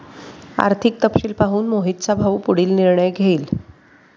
आर्थिक तपशील पाहून मोहितचा भाऊ पुढील निर्णय घेईल